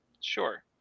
sure